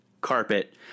carpet